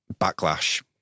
backlash